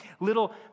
Little